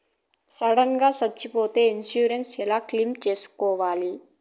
Sudden గా సచ్చిపోతే insurance ఎలా క్లెయిమ్ సేసుకోవాలి?